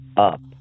up